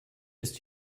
ist